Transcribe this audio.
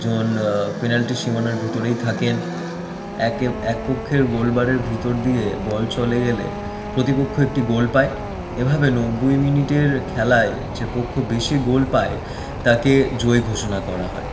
একজন পেনাল্টি সীমানার ভিতরেই থাকেন একে একপক্ষের গোলবারের ভিতর দিয়ে বল চলে গেলে প্রতিপক্ষ একটি গোল পায় এভাবে নব্বই মিনিটের খেলায় যে পক্ষ বেশি গোল পায় তাকে জয়ী ঘোষণা করা হয়